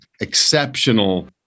Exceptional